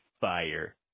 fire